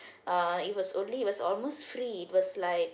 uh it was only was almost free it was like